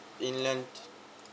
in land